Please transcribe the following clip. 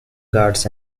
ghats